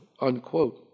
unquote